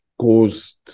caused